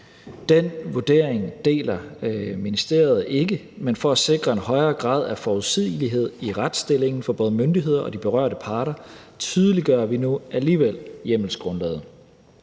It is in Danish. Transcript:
Den vurdering deler ministeriet ikke, men for at sikre en højere grad af forudsigelighed i retsstillingen for både myndigheder og de berørte parter tydeliggør vi nu alligevel hjemmelsgrundlaget.